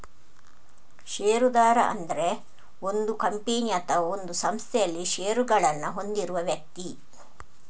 ಷೇರುದಾರ ಅಂದ್ರೆ ಒಂದು ಕಂಪನಿ ಅಥವಾ ಒಂದು ಸಂಸ್ಥೆನಲ್ಲಿ ಷೇರುಗಳನ್ನ ಹೊಂದಿರುವ ವ್ಯಕ್ತಿ